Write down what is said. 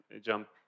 jump